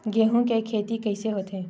गेहूं के खेती कइसे होथे?